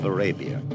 Arabia